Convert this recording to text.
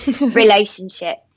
relationship